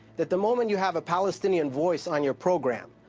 that the moment you have a palestinian voice on your program,